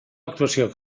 actuació